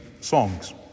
songs